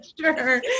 sure